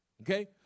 okay